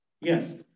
Yes